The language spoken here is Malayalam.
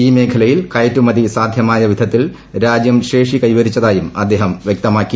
ഈ മേഖലയിൽ കയറ്റുമതി സാധ്യമായ വിധത്തിൽ രാജൃം ശേഷി കൈവരിച്ചതായും അദ്ദേഹം വൃക്തമാക്കി